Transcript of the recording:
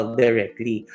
directly